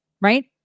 right